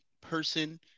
person